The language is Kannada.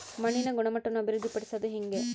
ಮಣ್ಣಿನ ಗುಣಮಟ್ಟವನ್ನು ಅಭಿವೃದ್ಧಿ ಪಡಿಸದು ಹೆಂಗೆ?